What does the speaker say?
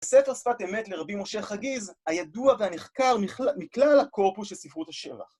ספר שפת אמת לרבי משה חגיז, הידוע והנחקר מכלל הקורפוס של ספרות השבע.